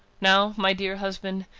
now, my dear husband,